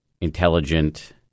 intelligent